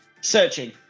searching